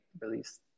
release